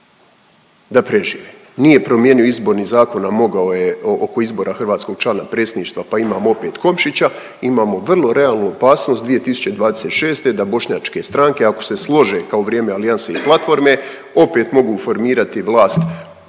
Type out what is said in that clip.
da prežive, nije promijenio Izborni zakon, a mogao je oko izbora hrvatskog člana predsjedništva, pa imamo opet Komšića, imamo vrlo realnu opasnost 2026. da bošnjačke stranke ako se slože kao u vrijeme Alijansa i Platforme, opet mogu formirati vlast potpuno